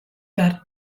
behar